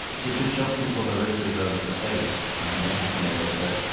to just show people the riches of the faith and to help them a little bit.